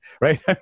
right